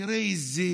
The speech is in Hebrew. תראה איזו